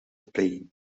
playing